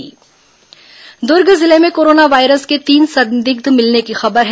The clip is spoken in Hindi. कोरोना वायरस दुर्ग जिले में कोरोना वायरस के तीन संदिग्ध मिलने की खबर है